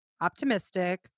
optimistic